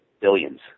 billions